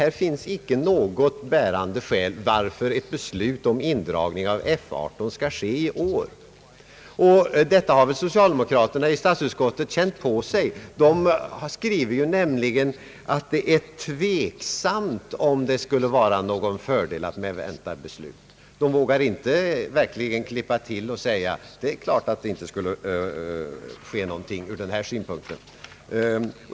Här finns inte något bärande skäl till att ett beslut om indragning av F 18 skall fattas i år. Detta har väl socialdemokraterna i statsutskottet känt på sig. De skriver nämligen att det är tveksamt om det skulle vara någon fördel i att vänta med ett beslut. De vågar inte klippa till och säga att det är klart olämpligt.